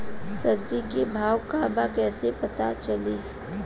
सब्जी के भाव का बा कैसे पता चली?